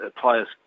players